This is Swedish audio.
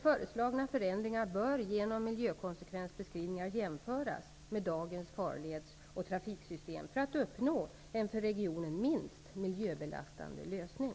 Föreslagna förändringar bör genom miljökonsekvensbeskrivningar jämföras med dagens farleds och trafiksystem för att uppnå en för regionen minst miljöbelastande lösning.